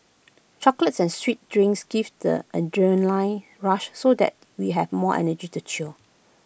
chocolates and sweet drinks gives the adrenaline rush so that we have more energy to cheer